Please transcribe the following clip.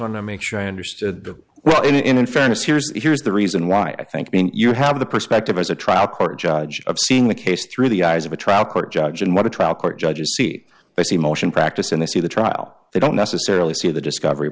to make sure i understood well in fairness here's here's the reason why i think you have the perspective as a trial court judge of seeing the case through the eyes of a trial court judge and what a trial court judges see they see motion practice and they see the trial they don't necessarily see the discovery